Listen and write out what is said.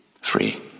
Free